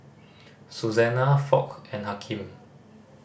Susannah Foch and Hakeem